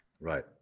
Right